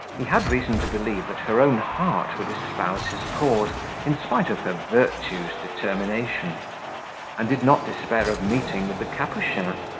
he had reason to believe that her own heart would espouse his cause in spite of her virtue's determination and did not despair of meeting with the capuchin,